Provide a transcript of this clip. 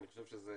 אני חושב שזה